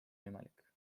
võimalik